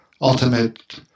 ultimate